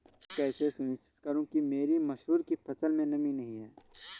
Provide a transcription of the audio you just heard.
मैं कैसे सुनिश्चित करूँ कि मेरी मसूर की फसल में नमी नहीं है?